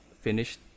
finished